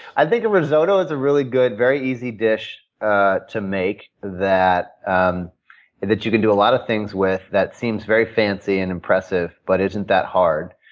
i think a risotto is a really good, very easy dish to make that um that you can do a lot of things with that seem very fancy and impressive but isn't that hard.